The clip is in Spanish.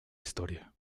historia